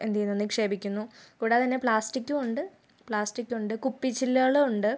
എന്ത് ചെയ്യുന്നു നിക്ഷേപിക്കുന്നു കൂടാതെ തന്നെ പ്ലാസ്റ്റിക്കും ഉണ്ട് പ്ലാസ്റ്റിക് ഉണ്ട് കുപ്പിച്ചില്ലുകളും ഉണ്ട്